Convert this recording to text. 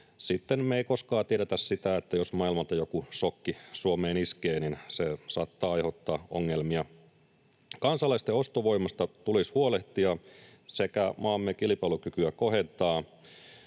sitten me ei koskaan tiedetä sitä, ja jos maailmalta joku sokki Suomeen iskee, niin se saattaa aiheuttaa ongelmia. Kansalaisten ostovoimasta tulisi huolehtia sekä maamme kilpailukykyä kohentaa.